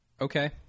Okay